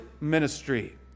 ministry